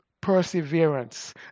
perseverance